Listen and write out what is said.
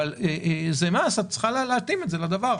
אבל את צריכה להתאים את זה לדבר.